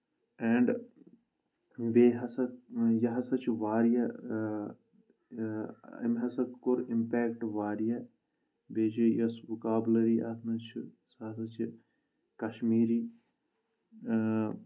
and بیٚیہِ ہَسا یہِ ہَسا چھُ واریاہ أمۍ ہَسا کوٚر اِمپیکٹ واریاہ بیٚیہِ چھُ یُس وُکابلٔری اتھ منٛز چھُ سُہ ہَسا چھِ کشمیٖری اۭں